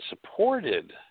supported